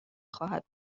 خواهد